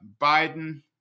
Biden